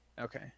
Okay